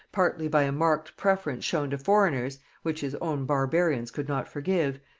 partly by a marked preference shown to foreigners, which his own barbarians could not forgive,